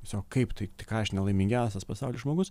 tiesiog kaip tai tai ką aš ne laimingiausias pasauly žmogus